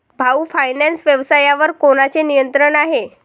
भाऊ फायनान्स व्यवसायावर कोणाचे नियंत्रण आहे?